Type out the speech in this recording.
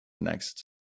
next